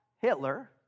Hitler